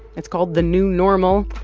it's called the new normal.